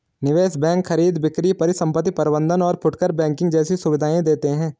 निवेश बैंक खरीद बिक्री परिसंपत्ति प्रबंध और फुटकर बैंकिंग जैसी सुविधायें देते हैं